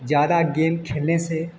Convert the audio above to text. ज़्यादा गेम खेलने से